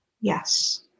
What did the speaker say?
Yes